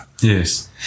yes